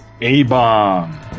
A-Bomb